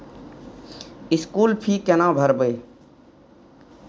School fee केना भरबै?